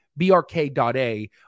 BRK.A